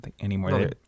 anymore